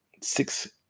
six